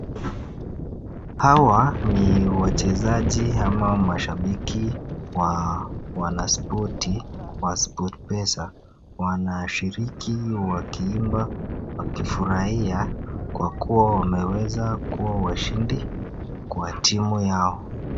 Hawa ni wachezaji ama mashabikia wa wana spoti wa sport pesa wanashiriki wakiimba, wakifurahia kwa kuwa wameweza kuwa washindi kwa timu yao